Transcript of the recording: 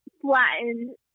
flattened